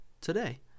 today